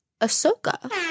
Ahsoka